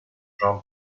jean